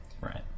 Right